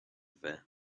there